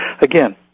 Again